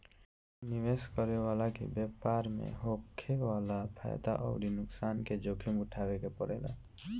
निवेश करे वाला के व्यापार में होखे वाला फायदा अउरी नुकसान के जोखिम उठावे के पड़ेला